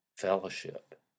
fellowship